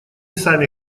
сами